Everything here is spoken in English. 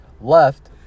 left